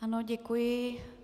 Ano, děkuji.